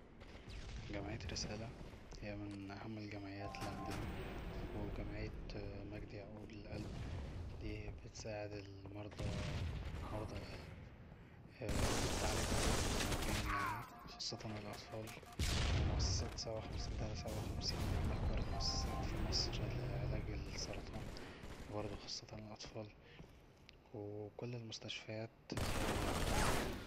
جمعية رسالة هي من أهم الجمعيات اللي عندنا وجمعية مجدي يعقوب للقلب دي بتساعد المرضى مرضى القلب وبتعالجهم بالمجان يعني خاصة الأطفال ومؤسسة سبعه وخمسين تلاته سبعة وخمسين دي من أكبر المؤسسات في مصر لعلاج السرطان وبرضو من خاصة الأطفال وكل المستشفيات الخيرية